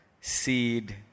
seed